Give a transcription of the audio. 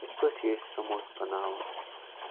یِتھ پٲٹھۍ چھِ أسۍ سَموسہٕ بناواں